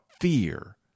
fear